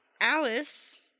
Alice